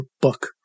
book